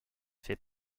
fait